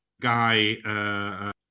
guy